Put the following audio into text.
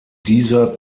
dieser